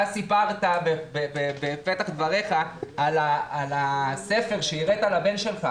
אתה סיפרת בפתח דבריך על הספר שהראית לבן שלך